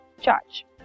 charge